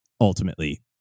ultimately